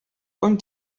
und